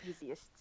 easiest